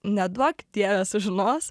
neduok dieve sužinos